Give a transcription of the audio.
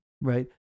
right